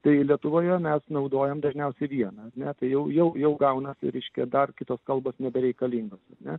tai lietuvoje mes naudojam dažniausiai vieną ar ne tai jau jau jau gaunasi reiškia dar kitos kalbos nebereikalingos ar ne